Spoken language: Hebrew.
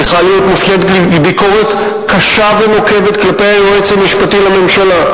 צריכה להיות מופנית ביקורת קשה ונוקבת גם כלפי היועץ המשפטי לממשלה.